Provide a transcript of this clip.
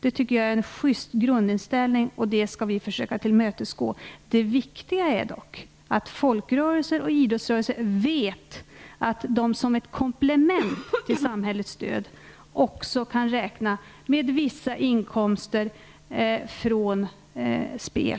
Jag tycker att det är en schyst grundinställning, som vi skall försöka tillmötesgå. Det viktiga är dock att idrottsrörelsen och folkrörelserna vet att de som ett komplement till samhällets stöd kan även framöver räkna också med vissa inkomster från spel.